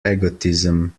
egotism